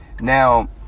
Now